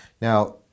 Now